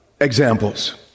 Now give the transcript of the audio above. examples